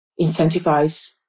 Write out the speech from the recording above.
incentivize